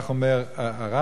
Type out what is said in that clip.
כך אומר הרמב"ם.